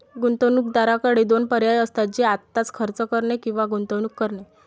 गुंतवणूकदाराकडे दोन पर्याय असतात, ते आत्ताच खर्च करणे किंवा गुंतवणूक करणे